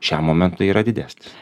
šiam momentui yra didesnis